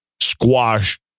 squash